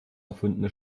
erfundene